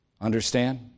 Understand